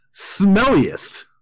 smelliest